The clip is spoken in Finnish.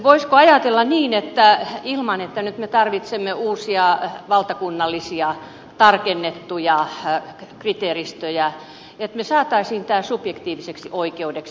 voisiko ajatella niin ilman että me nyt tarvitsemme uusia valtakunnallisia tarkennettuja kriteeristöjä että me saisimme tämän subjektiiviseksi oikeudeksi